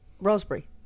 raspberry